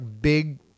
big